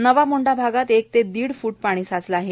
नवा मोंढा भागात एक ते दिड फ्ट पाणी साचले आहे